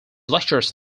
lectures